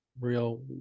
real